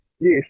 Yes